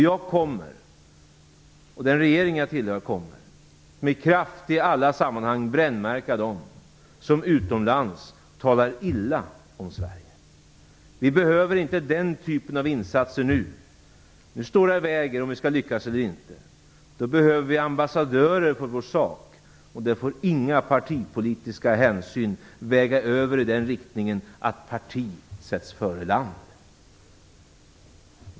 Jag kommer, liksom den regering jag tillhör, att i alla sammanhang med kraft brännmärka dem som utomlands talar illa om Sverige. Vi behöver inte den typen av insatser nu. Nu står det och väger om vi skall lyckas eller inte. Då behöver vi ambassadörer för vår sak. Inga partipolitiska hänsyn får väga över i den riktningen att parti sätts före land.